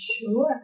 Sure